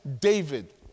David